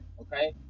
Okay